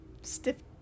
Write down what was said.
stiff